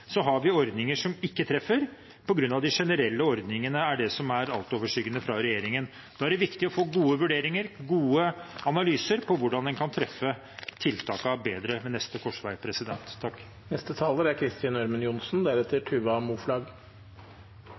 Så har vi ordninger som ikke treffer på grunn av at de generelle ordningene fra regjeringen er altoverskyggende. Da er det viktig å få gode vurderinger og gode analyser for hvordan en kan treffe tiltakene bedre ved neste korsvei.